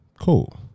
Cool